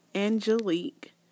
Angelique